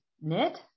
knit